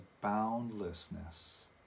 boundlessness